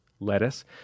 lettuce